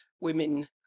women